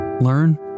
learn